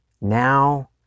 Now